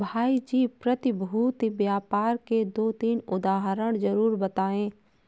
भाई जी प्रतिभूति व्यापार के दो तीन उदाहरण जरूर बताएं?